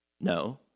No